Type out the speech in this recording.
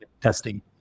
testing